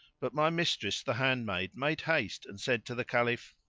but my mistress the handmaid made haste and said to the caliph,